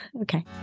okay